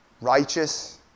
Righteous